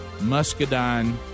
Muscadine